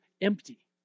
empty